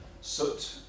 soot